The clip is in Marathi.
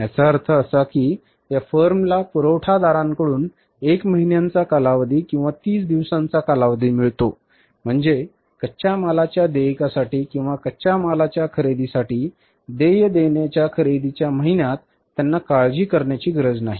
याचा अर्थ असा की या फर्मला पुरवठादारांकडून 1 महिन्याचा कालावधी किंवा 30 दिवसांचा कालावधी मिळतो म्हणजे कच्च्या मालाच्या देयकासाठी किंवा कच्च्या मालाच्या खरेदीसाठी देय देण्याच्या खरेदीच्या महिन्यात त्यांना काळजी करण्याची गरज नाही